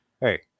Hey